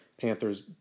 Panthers